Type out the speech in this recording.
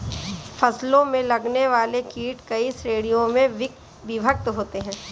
फसलों में लगने वाले कीट कई श्रेणियों में विभक्त होते हैं